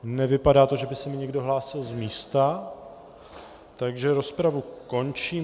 Nevypadá to, že by se mi někdo hlásil z místa, takže rozpravu končím.